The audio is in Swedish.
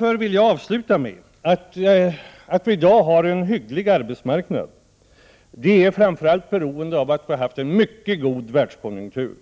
Jag vill avslutningsvis säga att vi i dag har en hygglig arbetsmarknad, på grund av att vi har haft en mycket god världskonjunktur.